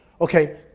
Okay